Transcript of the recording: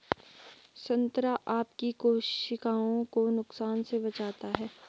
संतरा आपकी कोशिकाओं को नुकसान से बचाता है